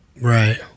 Right